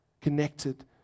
connected